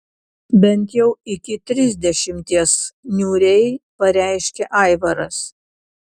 bent jau iki trisdešimties niūriai pareiškė aivaras